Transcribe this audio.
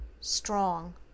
strong